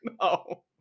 no